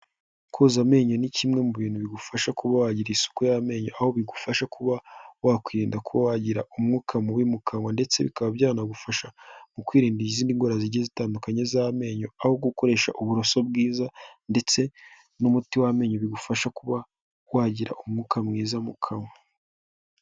Koza amenyo ni kimwe mu bintu bigufasha kuba wagira isuku y'amenyo aho bigufasha kuba wakwirinda kuba wagira umwuka mubi mu kanwa ndetse bikaba byanagufasha mu kwirinda izindi ndwara zigiye zitandukanye z'amenyo aho gukoresha uburoso bwiza ndetse n'umuti w'amenyo bigufasha kuba wagira umwuka mwiza mu kanwa.